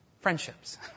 friendships